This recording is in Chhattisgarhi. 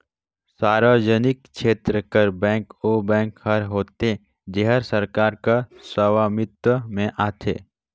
सार्वजनिक छेत्र कर बेंक ओ बेंक हर होथे जेहर सरकार कर सवामित्व में आथे